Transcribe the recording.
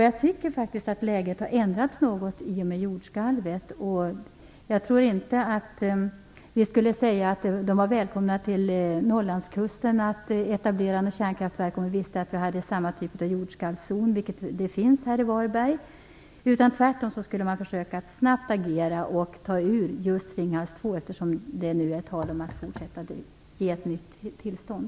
Jag tycker faktiskt att läget har ändrats något i och med jordskalvet. Jag tror inte att vi skulle säga att de var välkomna till Norrlandskusten för att etablera kärnkraftverk där, om vi visste att vi hade samma typ av jordskalvszon som finns i Varberg. Tvärtom borde man försöka agera snabbt och ta just Ringhals 2 ur drift, eftersom det är tal om att ge ett nytt tillstånd.